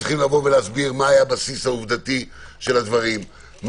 שצריך להסביר מה היה הבסיס העובדתי של הדברים,